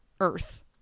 earth